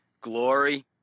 Glory